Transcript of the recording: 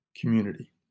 community